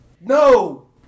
No